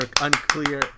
unclear